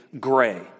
gray